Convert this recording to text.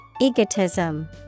Egotism